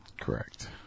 Correct